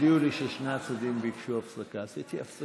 הודיעו לי ששני הצדדים ביקשו הפסקה, עשיתי הפסקה.